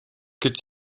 гэж